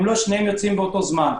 לא שניהם יוצאים באותו זמן.